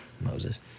Moses